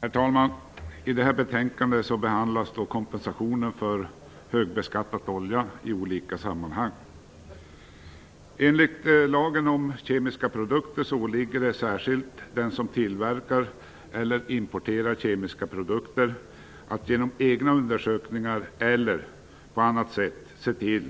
Herr talman! I det här betänkandet behandlas kompensationen för högbeskattaed olja i olika sammanhang. Enligt lagen om kemiska produkter åligger det särskilt den som tillverkar eller importerar kemiska produkter att genom egna undersökningar eller på annat sätt se till